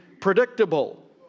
predictable